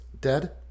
dead